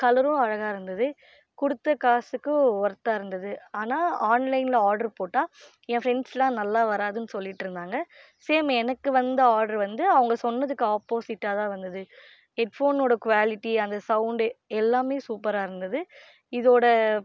கலரும் அழகாக இருந்தது கொடுத்த காசுக்கு ஒர்த்தாக இருந்தது ஆனால் ஆன்லைனில் ஆர்டர் போட்டால் ஏன் ஃப்ரெண்ட்ஸ்லாம் நல்லா வராதுன்னு சொல்லிட்டிருந்தாங்க சேம் எனக்கு வந்த ஆர்டர் வந்து அவங்க சொன்னதுக்கு ஆப்போசிட்டாக தான் வந்தது ஹெட்போனோடய குவாலிட்டி அந்த சவுண்டு எல்லாமே சூப்பராக இருந்தது இதோடய